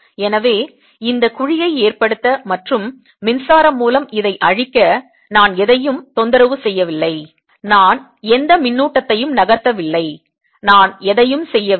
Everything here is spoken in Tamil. எனவே இந்த குழியை ஏற்படுத்த மற்றும் மின்சாரம் மூலம் இதை அழிக்க நான் எதையும் தொந்தரவு இல்லை நான் எந்த மின்னூட்டத்தையும் நகர்த்தவில்லை நான் எதையும் செய்யவில்லை